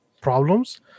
problems